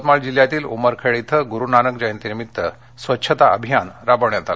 युवतमाळ जिल्ह्यातील उमरखेड इथं गुरुनानक जयंतीनिमित्त स्वच्छता अभियान राबवण्यात आलं